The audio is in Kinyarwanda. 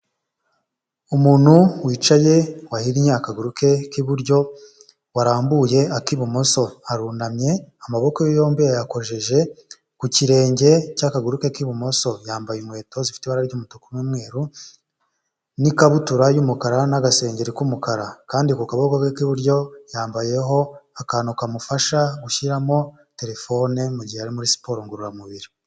Umuntu wicaye wahinye akaguru ke k'iburyo warambuye ak'ibumoso arunamye amaboko yombi yayakojeje ku kirenge cy'akaguru ke k'ibumoso yambaye inkweto zifite ibara ry'umutuku n'umweru n'ikabutura y'umukara n'agasengeri k'umukara kandi ku kaboko k'iburyo yambayeho akantu kamufasha gushyiramo telefone mu gihe ari muri siporo ngororamubiri.